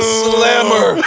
slammer